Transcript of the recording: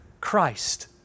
Christ